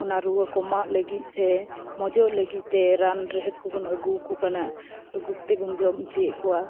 ᱚᱱᱟ ᱨᱩᱣᱟᱹ ᱠᱚᱢᱟᱜ ᱞᱟᱹᱜᱤᱫ ᱥᱮ ᱢᱚᱡᱚᱜ ᱞᱟᱹᱜᱤᱫ ᱛᱮ ᱨᱟᱱ ᱨᱮᱦᱮᱫ ᱠᱚᱵᱚᱱ ᱟᱹᱜᱩ ᱟᱠᱚ ᱠᱟᱱᱟ ᱟᱹᱜᱩ ᱠᱟᱛᱮᱫ ᱵᱚᱱ ᱡᱚᱢ ᱦᱚᱪᱚᱭᱮᱫ ᱠᱚᱣᱟ